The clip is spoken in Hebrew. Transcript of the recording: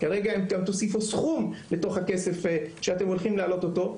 כרגע גם אם תוסיפו סכום לתוך הכסף שאתם הולכים להעלות אותו,